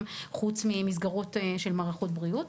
חוץ מאשר במסגרות של מערכות הבריאות,